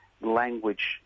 language